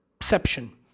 exception